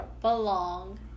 belong